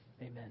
Amen